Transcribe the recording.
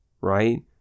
right